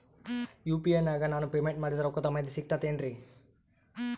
UPI ನಾಗ ನಾನು payment ಮಾಡಿದ ರೊಕ್ಕದ ಮಾಹಿತಿ ಸಿಕ್ತಾತೇನ್ರೀ?